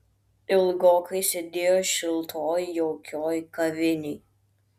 ilgokai sėdėjo šiltoj jaukioj kavinėj